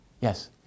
Yes